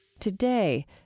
Today